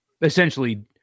essentially